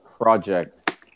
project